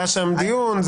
היה שם דיון.